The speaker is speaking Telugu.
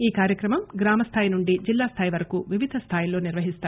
ఆ కార్యక్రమం గ్రామస్థాయి నుండి జిల్లా స్థాయి వరకు వివిధ స్టాయిల్లో నిర్వహిస్తారు